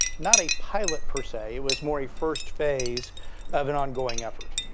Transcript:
not a pilot per se. it was more a first phase of an ongoing effort.